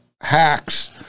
hacks